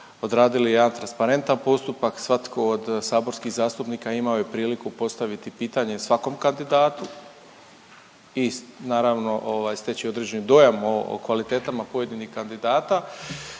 odradili jedan transparentan postupak, svatko od saborskih zastupnika imao je priliku postaviti pitanje svakom kandidatu i naravno, ovaj, steći određeni dojam o kvalitetama pojedinih kandidata,